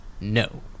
No